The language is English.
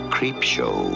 Creepshow